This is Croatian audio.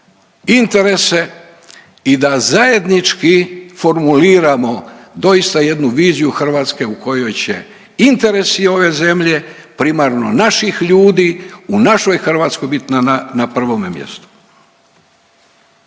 interese i da zajednički formuliramo doista jednu viziju Hrvatske u kojoj će interesi ove zemlje, primarno naših ljudi u našoj Hrvatskoj biti na prvome mjestu.